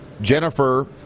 Jennifer